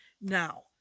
Now